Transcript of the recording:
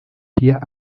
vier